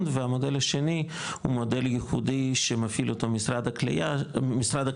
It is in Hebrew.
והמודל השני הוא מודל ייחודי שמפעיל אותו משרד הקליטה,